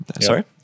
Sorry